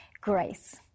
Grace